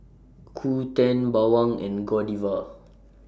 Qoo ten Bawang and Godiva